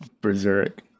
Berserk